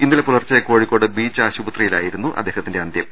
ഇന്നലെ പുലർച്ചെ കോഴിക്കോട് ബീച്ച് ആശുപത്രിയിലായിരുന്നു അദ്ദേഹത്തിന്റെ അന്ത്യം